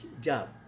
job